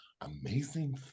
amazing